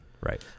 right